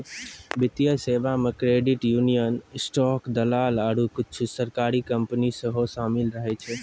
वित्तीय सेबा मे क्रेडिट यूनियन, स्टॉक दलाल आरु कुछु सरकारी कंपनी सेहो शामिल रहै छै